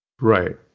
Right